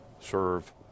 serve